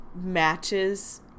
matches